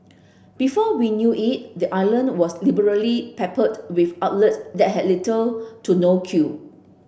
before we knew it the island was liberally peppered with outlets that had little to no queue